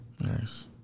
Nice